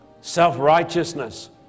Self-righteousness